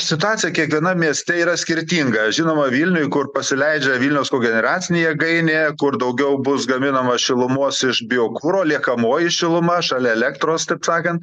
situacija kiekvienam mieste yra skirtinga žinoma vilniuj kur pasileidžia vilniaus kogeneracinė jėgainė kur daugiau bus gaminama šilumos iš biokuro liekamoji šiluma šalia elektros taip sakant